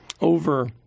over